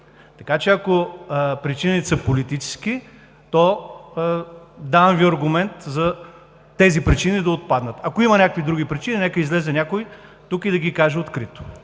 Така че ако причините са политически, то давам Ви аргумент тези причини да отпаднат. Ако има някакви други причини, нека излезе някой тук и да ги каже открито.